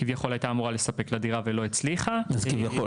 כביכול הייתה אמורה לספק לה דירה ולא הצליחה --- מה זה כביכול?